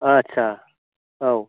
आस्सा औ